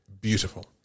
beautiful